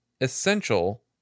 essential